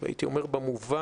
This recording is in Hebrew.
הייתי אומר במובן